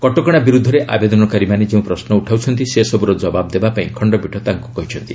କଟକଣା ବିରୁଦ୍ଧରେ ଆବେଦନକାରୀମାନେ ଯେଉଁ ପ୍ରଶ୍ର ଉଠାଉଛନ୍ତି ସେସବୁର ଜବାବ୍ ଦେବାପାଇଁ ଖଣ୍ଡପୀଠ ତାଙ୍କୁ କହିଛନ୍ତି